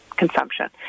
consumption